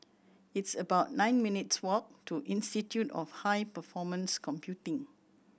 it's about nine minutes' walk to Institute of High Performance Computing